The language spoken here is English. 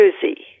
Susie